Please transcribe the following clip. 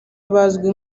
abazwi